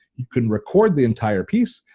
you can record the entire piece,